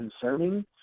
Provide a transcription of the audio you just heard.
concerning